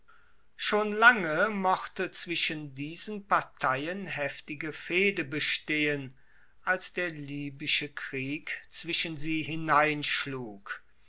schon lange mochte zwischen diesen parteien heftige fehde bestehen als der libysche krieg zwischen sie